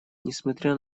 несмотря